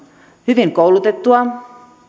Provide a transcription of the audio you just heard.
hyvin koulutettua